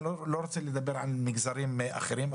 אני לא רוצה לדבר על מגזרים אחרים,